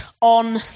on